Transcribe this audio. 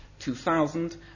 2000